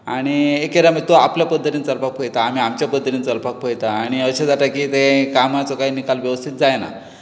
आनी एक एकदां तो आपले पद्दतीन चलपाक पळयता आमी आमचे पद्दतीन चलपाक पळयता आनी अशें जाता की तें कामाचो निकाल वेवस्थीत जायना